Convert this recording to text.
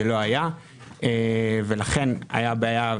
זה לא היה ולכן הייתה בעיה.